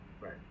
Right